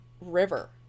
river